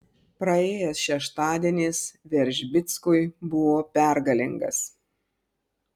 praėjęs šeštadienis veržbickui buvo pergalingas